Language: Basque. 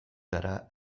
gara